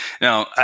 Now